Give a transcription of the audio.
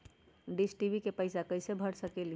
Dish TV के पैईसा कईसे भर सकली?